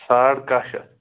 ساڑ کاہ شَتھ